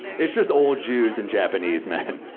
it's just old jews and japanese men.